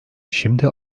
şimdi